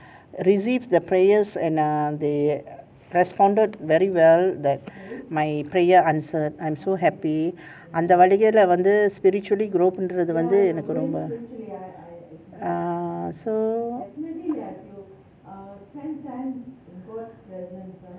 received the prayers and err the responded very well that my prayer answered I'm so happy அந்த வழியில வந்துantha valiyila vanthu spiritually group பண்றது வந்து எனக்கு ரொம்ப:pandrathu vanthu enakku romba ah so